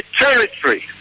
territory